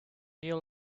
new